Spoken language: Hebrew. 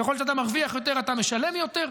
ככל שאתה מרוויח יותר, אתה משלם יותר.